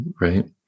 right